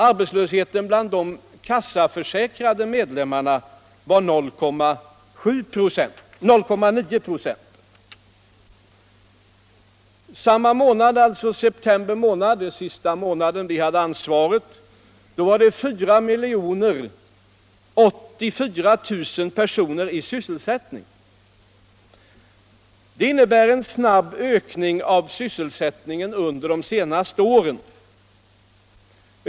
Arbetslösheten bland de kassaförsäkrade stannade vid 0,9 X. Samma månad, i september, den sista månaden vi hade ansvaret, var 4 084 000 personer sysselsatta. Det innebär en snabb ökning av sysselsättningen under de senaste åren.